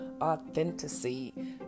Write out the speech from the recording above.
authenticity